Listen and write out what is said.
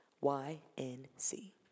Y-N-C